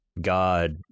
God